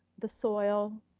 the soil,